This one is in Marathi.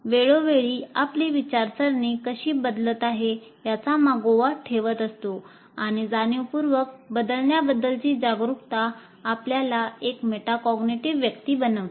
वेळोवेळी आपली विचारसरणी कशी बदलत आहे याचा मागोवा ठेवत असतो आणि जाणीवपूर्वक बदलण्याबद्दलची जागरूकता आपल्याला एक मेटाकॉग्निटिव्ह व्यक्ती बनवते